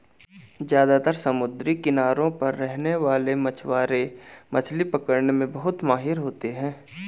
ज्यादातर समुद्री किनारों पर रहने वाले मछवारे मछली पकने में बहुत माहिर होते है